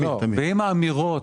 ואם האמירות